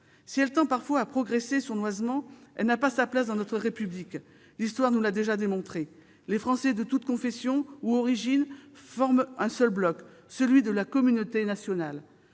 Si elle tend parfois à progresser sournoisement, elle n'a pas sa place dans notre République. L'histoire nous l'a déjà démontré. Les Français, de toute confession ou origine, forment un seul bloc, celui de la communauté nationale.